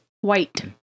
White